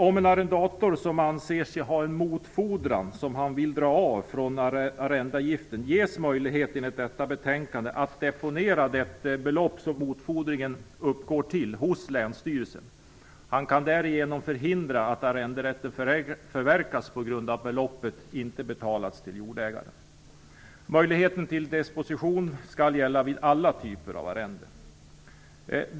Om en arrendator anser sig ha en motfordran som han vill dra av från arrendeavgiften, ges enligt vad som föreslås i betänkandet möjlighet att deponera det belopp som motfordringen uppgår till hos länsstyrelsen. Han kan därigenom förhindra att arrenderätten förverkas på grund av att beloppet inte betalas till jordägaren. Möjligheten till deposition skall gälla vid alla typer av arrende.